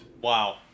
Wow